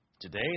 Today